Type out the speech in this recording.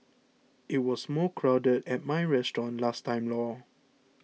it was more crowded at my restaurant last time lor